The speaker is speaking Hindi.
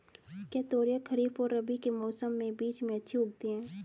क्या तोरियां खरीफ और रबी के मौसम के बीच में अच्छी उगती हैं?